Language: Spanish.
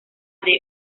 the